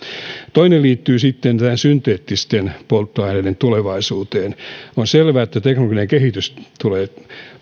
toinen liittyy sitten synteettisten polttoaineiden tulevaisuuteen on selvää että teknologinen kehitys tulee